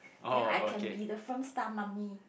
then I can be the firm star mummy